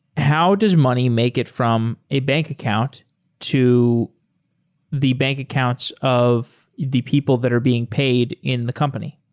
how does money make it from a bank account to the bank accounts of the people that are being paid in the company?